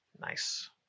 Nice